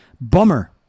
Bummer